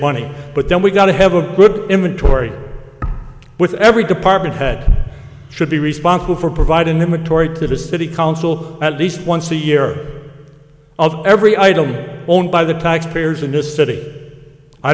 money but then we've got to have a good image tory with every department head should be responsible for providing the majority of a city council at least once a year of every item owned by the taxpayers in this city i